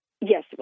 Yes